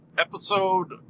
Episode